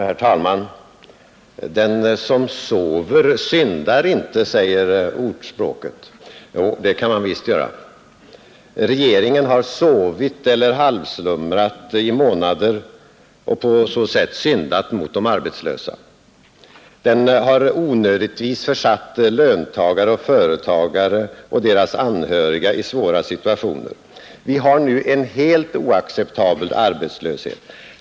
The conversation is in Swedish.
Herr talman! Den som sover syndar inte, säger ordspråket. Jo, det kan man visst göra. Regeringen har sovit eller halvslumrat i månader och på så sätt syndat mot de arbetslösa. Den har onödigtvis försatt löntagare och företagare och deras anhöriga i svåra situationer. Vi har nu en helt oacceptabel arbetslöshet.